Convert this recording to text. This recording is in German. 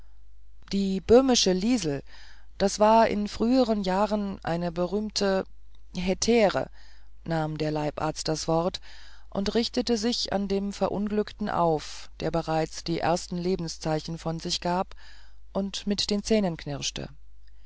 die böhmische liesel war in früheren jahren eine berühmte hetäre nahm der leibarzt das wort und richtete sich an dem verunglückten auf der bereits die ersten lebenszeichen von sich gab und mit den zähnen knirschte